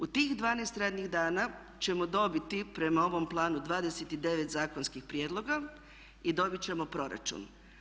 U tih 12 radnih dana ćemo dobiti prema ovom planu 29 zakonskih prijedloga i dobiti ćemo proračun.